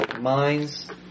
mines